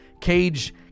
Cage